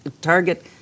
target